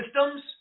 systems